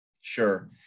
sure